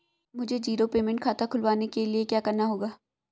मुझे zero payment खाता खुलवाने के लिए क्या करना होगा?